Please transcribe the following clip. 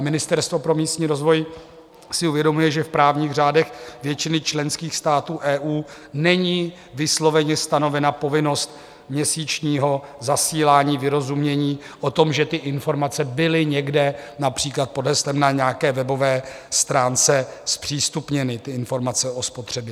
Ministerstvo pro místní rozvoj si uvědomuje, že v právních řádech většiny členských států EU není vysloveně stanovena povinnost měsíčního zasílání vyrozumění o tom, že ty informace byly někde například pod heslem na nějaké webové stránce zpřístupněny, ty informace o spotřebě.